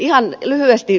ihan lyhyesti